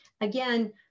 Again